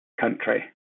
country